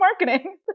marketing